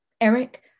Eric